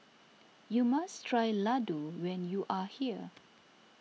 you must try Ladoo when you are here